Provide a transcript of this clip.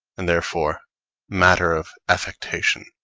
and therefore matter of affectation,